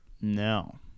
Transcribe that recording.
No